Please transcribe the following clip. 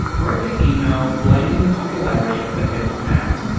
wrote an email blaming the popularity of the headline act